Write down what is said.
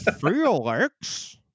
Felix